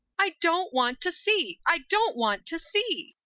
i don't want to see! i don't want to see!